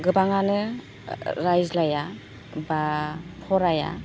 गोबाङानो रायज्लाया बा फराया